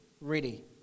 Ready